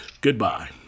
Goodbye